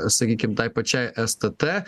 sakykim tai pačiai stt